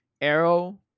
Arrow